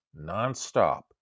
nonstop